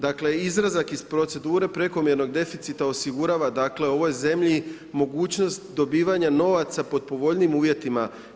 Dakle izrezak iz procedure prekomjernog deficita osigurava dakle ovoj zemlji mogućnost dobivanja novaca pod povoljnijim uvjetima.